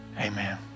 Amen